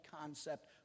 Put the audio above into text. concept